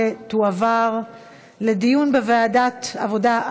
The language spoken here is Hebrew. ותועבר לדיון בוועדת העבודה,